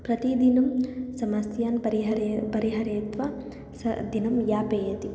प्रतिदिनं समस्यान् परिहरे परिहृत्य सा दिनं यापयति